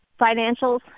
financials